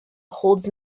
holds